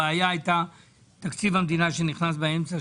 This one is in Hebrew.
הבעיה הייתה תקציב המדינה שנכנס באמצע,